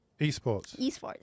ESports